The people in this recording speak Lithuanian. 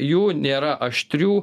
jų nėra aštrių